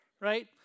right